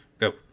Go